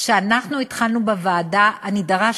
כשאנחנו התחלנו בוועדה, אני דרשתי,